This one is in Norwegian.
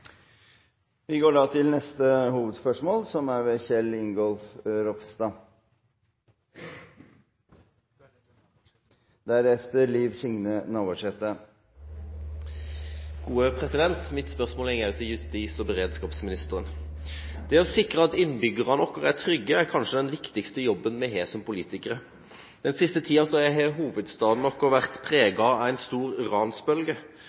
Vi går til neste hovedspørsmål. Også mitt spørsmål går til justis- og beredskapsministeren. Det å sikre at innbyggerne våre er trygge, er kanskje den viktigste jobben vi har som politikere. Den siste tida har hovedstaden vår vært preget av en stor ransbølge.